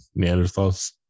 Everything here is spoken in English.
Neanderthals